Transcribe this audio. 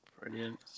brilliant